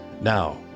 Now